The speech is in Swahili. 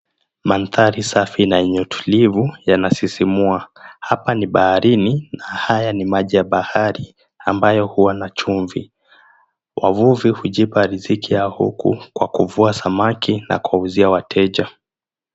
Mandhari safi na yenye utulivu yanasisimua, hapa ni baharini na haya ni maji ya bahari ambayo huwa na chumvi. Wavuvi hujipa riziki yao huku kwa kuvua samaki na kuwauzia wateja.